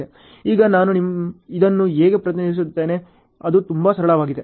ಈಗ ನಾನು ಇದನ್ನು ಹೇಗೆ ಪ್ರತಿನಿಧಿಸುತ್ತೇನೆ ಅದು ತುಂಬಾ ಸರಳವಾಗಿದೆ